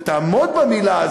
ותעמוד במילה,